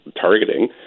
targeting